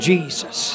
Jesus